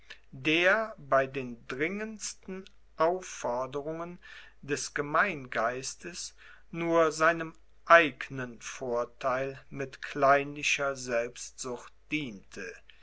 der bei den dringendsten aufforderungen des gemeingeistes nur seinem eigenen vortheil mit kleinlicher selbstsucht diente